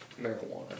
marijuana